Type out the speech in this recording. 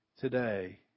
today